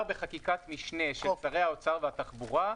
בחקיקת משנה של שרי האוצר והתחבורה,